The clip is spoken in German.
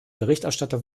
berichterstatter